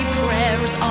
prayers